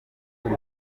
uri